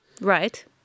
right